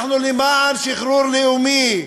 אנחנו למען שחרור לאומי.